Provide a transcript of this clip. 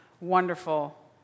wonderful